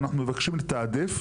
אנחנו מבקשים לתעדף,